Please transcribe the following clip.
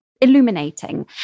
illuminating